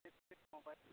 ᱪᱮᱫ ᱪᱮᱫ ᱢᱳᱵᱟᱭᱤᱞ